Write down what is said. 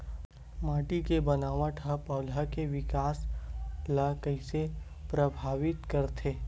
माटी के बनावट हा पौधा के विकास ला कइसे प्रभावित करथे?